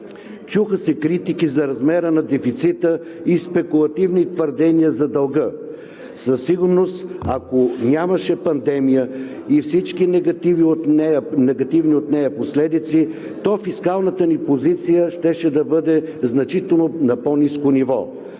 Чуха се критики за размера на дефицита и спекулативни твърдения за дълга. Със сигурност, ако нямаше пандемия и всички негативни от нея последици, то фискалната ни позиция щеше да бъде значително на по-ниско ниво.